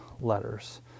letters